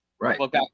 right